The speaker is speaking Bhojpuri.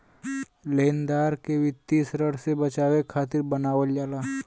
लेनदार के वित्तीय ऋण से बचावे खातिर बनावल जाला